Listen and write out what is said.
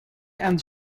and